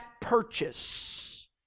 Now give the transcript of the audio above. purchase